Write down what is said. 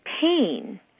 pain